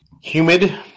humid